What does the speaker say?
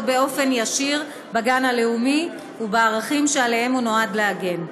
באופן ישיר בגן הלאומי ובערכים שעליהם הוא נועד להגן.